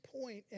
point